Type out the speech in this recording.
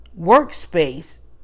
workspace